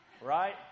right